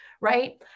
right